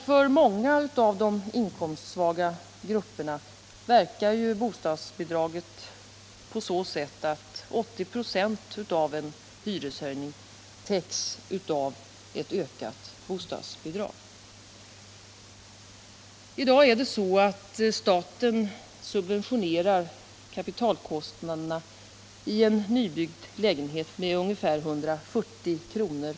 För många av de inkomstsvaga grupperna verkar bostadsbidragen på så sätt, att 80 26 av en hyreshöjning täcks av ett ökat bostadsbidrag. I dag subventionerar staten kapitalkostnaderna för en nybyggd lägenhet med ungefär 140 kr.